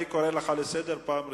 אני קורא אותך לסדר פעם ראשונה.